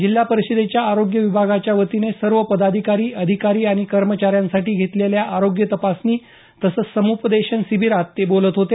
जिल्हा परिषदेच्या आरोग्य विभागाच्या वतीने सर्व पदाधिकारी अधिकारी आणि कर्मचाऱ्यांसाठी घेतलेल्या आरोग्य तपासणी तसंच सम्पदेशन शिबिरात ते बोलत होते